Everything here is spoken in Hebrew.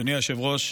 אדוני היושב-ראש,